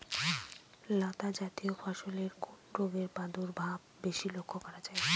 লতাজাতীয় ফসলে কোন রোগের প্রাদুর্ভাব বেশি লক্ষ্য করা যায়?